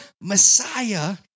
Messiah